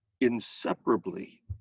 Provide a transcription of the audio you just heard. Inseparably